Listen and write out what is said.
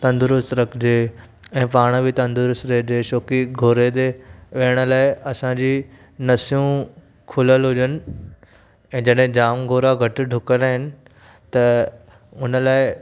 तंदरुस्तु रखिजे ऐं पाण बि तंदरुस्तु रहिजे छो की घोड़े ते वेहण लाइ असां जी नसियूं खुलियलु हुजनि ऐं जॾहिं जामु घोड़ा घटि डुकंदा आहिनि त उन लाइ